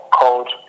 cold